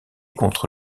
contre